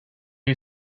you